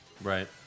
Right